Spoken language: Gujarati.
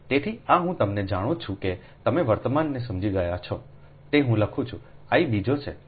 તેથી આ હું તમને જાણું છું કે તમે વર્તમાનને સમજી ગયા છો તે હું લખું છું I બીજો છે અહીં પણ